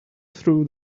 through